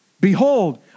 Behold